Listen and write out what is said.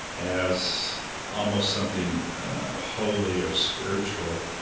as almost something holy or spiritual,